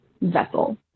vessel